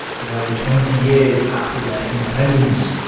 barely twenty years after their independence,